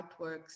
artworks